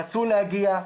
רצו להגיע,